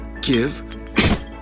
give